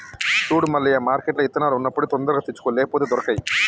సూడు మల్లయ్య మార్కెట్ల ఇత్తనాలు ఉన్నప్పుడే తొందరగా తెచ్చుకో లేపోతే దొరకై